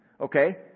Okay